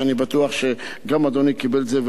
ואני בטוח שגם אדוני קיבל אותו,